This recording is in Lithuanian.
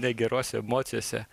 negerose emocijose